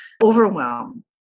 overwhelm